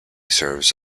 serves